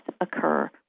occur